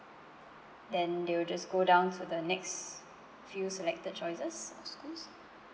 then they will just go down to the next few selected choices of schools